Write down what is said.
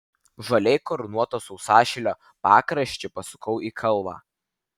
žaliai karūnuoto sausašilio pakraščiu pasukau į kalvą